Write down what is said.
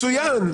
מצוין.